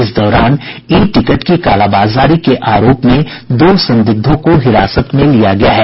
इस दौरान e ticket की कालाबाजारी के आरोप में दो संदिग्धों को हिरासत में लिया गया है